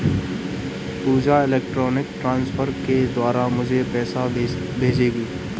पूजा electronic transfer के द्वारा मुझें पैसा भेजेगी